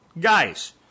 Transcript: guys